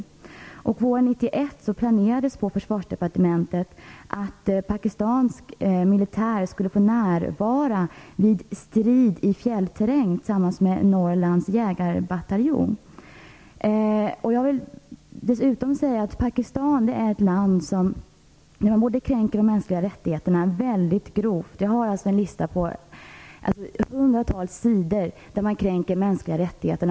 Våren 1991 planerades på Försvarsdepartementet att pakistansk militär skulle få närvara vid övning av strid i fjällterräng tillsammans med Norrlands jägarbataljon. Pakistan är ett land som kränker mänskliga rättigheter väldigt grovt. Jag har en lista på hundratals sidor på fall där man kränkt mänskliga rättigheter.